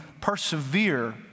persevere